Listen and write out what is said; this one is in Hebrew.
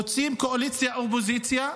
חוצים קואליציה ואופוזיציה.